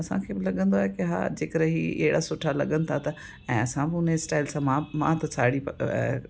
असांखे बि लॻंदो आहे की हा जेकर ई अहिड़ा सुठा लॻनि था त ऐं असां बि हुन स्टाइल सां मां मां त साड़ी